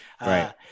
Right